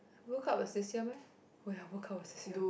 World Cup is this year meh where World Cup is this year